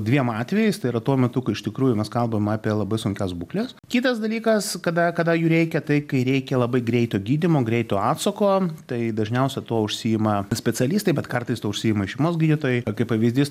dviem atvejais tai yra tuo metu kai iš tikrųjų mes kalbame apie labai sunkias būkles kitas dalykas kada kada jų reikia tai kai reikia labai greito gydymo greito atsako tai dažniausia tuo užsiima specialistai bet kartais tuo užsiima i šeimos gydytojai a kaip pavyzdys